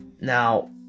now